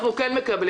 אנחנו כן מקבלים,